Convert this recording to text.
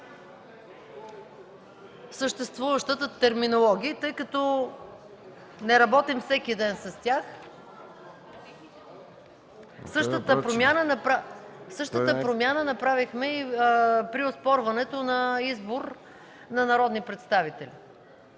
съществуващата терминология и тъй като не работим всеки ден с тях... (Реплики.) Същата промяна направихме и при оспорването на избор на народни представители,